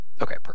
Okay